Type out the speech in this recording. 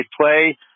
play